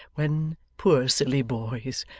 when, poor silly boys,